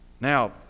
Now